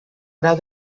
grau